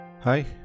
Hi